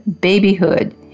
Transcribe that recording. babyhood